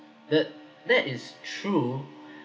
that that is true